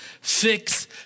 fix